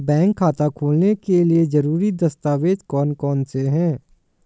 Bank खाता खोलने के लिए ज़रूरी दस्तावेज़ कौन कौनसे हैं?